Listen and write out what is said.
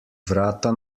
vrata